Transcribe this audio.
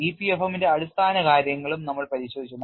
EPFM ന്റെ അടിസ്ഥാനകാര്യങ്ങളും നമ്മൾ പരിശോധിച്ചു